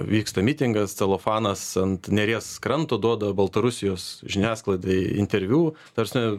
vyksta mitingas celofanas ant neries kranto duoda baltarusijos žiniasklaidai interviu ta prasme